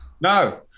No